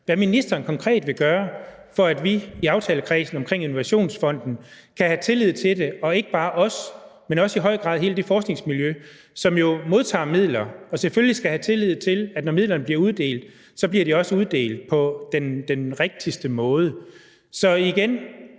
hvad ministeren konkret vil gøre, for at vi i aftalekredsen omkring Innovationsfonden kan have tillid til det – og ikke bare os, men i høj grad også hele det forskningsmiljø, som jo modtager midler og selvfølgelig skal have tillid til, at når midlerne bliver uddelt, bliver de også uddelt på den rigtigste måde. Så igen: